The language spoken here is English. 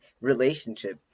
relationship